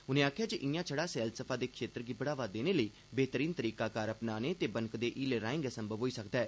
उनें आक्खेआ जे इयां शड़ा सैलसफा दे क्षेत्र गी बढ़ावा देने लेई बेहतरीन तरीकाएकार अपनाने ते बनकदे हीलें राएं गै संभव होई सकदा ऐ